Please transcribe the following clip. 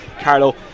Carlo